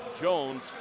Jones